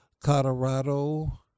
Colorado